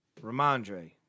Ramondre